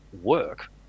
work